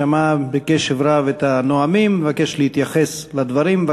שמע בקשב רב את הנואמים ומבקש להתייחס לדברים.